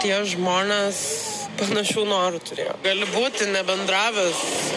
tie žmonės panašių norų turėjo gali būti nebendravęs